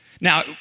Now